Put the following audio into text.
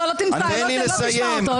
לא תשמע אותו.